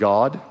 God